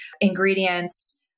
ingredients